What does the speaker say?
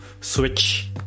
switch